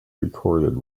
recorded